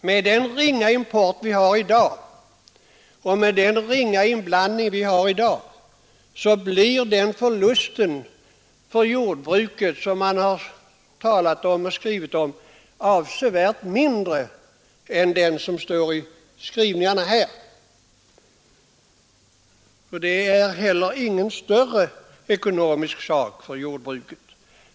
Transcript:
Med den ringa import och den ringa inblandning vi har i dag blir förlusten för jordbruket avsevärt mindre än vad som här talats och skrivits om. Det är ingen större ekonomisk sak för jordbruket.